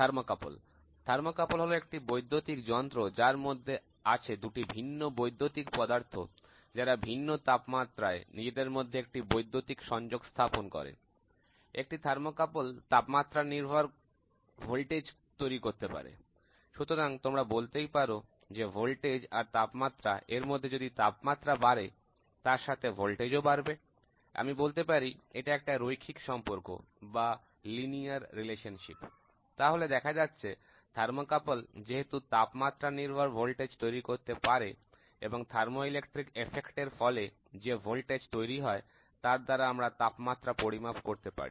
thermocouple thermocouple হল একটি বৈদ্যুতিক যন্ত্র যার মধ্যে আছে দুটি ভিন্ন বৈদ্যুতিক পদার্থ যারা ভিন্ন তাপমাত্রায় নিজেদের মধ্যে একটা বৈদ্যুতিক সংযোগ স্থাপন করে একটি থার্মোকাপল তাপমাত্রা নির্ভর ভোল্টেজ তৈরি করতে পারে সুতরাং তোমরা বলতেই পারো যে ভোল্টেজ আর তাপমাত্রা এর মধ্যে যদি তাপমাত্রা বাড়ে তার সাথে ভোল্টেজ ও বাড়বে আমি বলতে পারি এটা একটা রৈখিক সম্পর্ক তাহলে দেখা যাচ্ছে থার্মোকাপল যেহেতু তাপমাত্রা নির্ভর ভোল্টেজ তৈরি করতে পারে এবং থার্মোইলেকট্রিক এফেক্ট এর ফলে যে ভোল্টেজ তৈরি হয় তার দ্বারা আমরা তাপমাত্রা পরিমাপ করতে পারি